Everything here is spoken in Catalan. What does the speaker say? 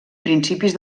principis